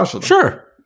Sure